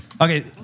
Okay